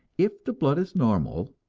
if the blood is normal,